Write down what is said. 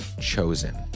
chosen